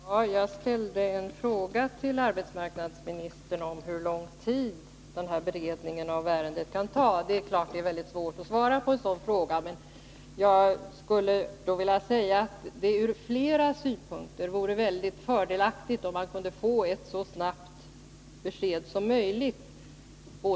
Herr talman! Jag ställde en fråga till arbetsmarknadsministern om hur lång tid beredningen av ärendet kan ta. Det är klart att det är svårt att svara på en sådan fråga, men jag skulle vilja säga att det både ur personalsynpunkt och ur lokalsynpunkt vore väldigt fördelaktigt om vi kunde få ett så snabbt besked som möjligt.